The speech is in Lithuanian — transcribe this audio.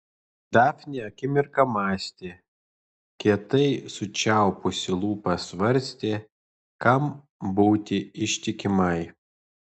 dafnė akimirką mąstė kietai sučiaupusi lūpas svarstė kam būti ištikimai